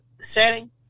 setting